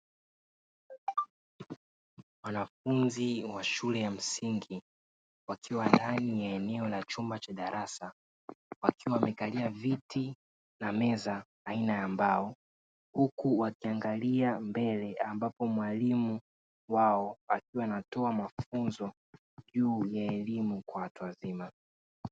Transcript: Wanafunzi wa shule ya msingi wakiwa ndani ya eneo la chumba cha darasa wakiwa wamekalia viti na meza aina ya mbao, huku wakiangalia mbele ambapo mwalimu wao akiwa anatoa mafunzo juu ya elimu kwa watu wazima.